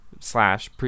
slash